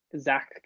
Zach